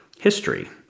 history